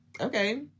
okay